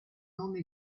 nome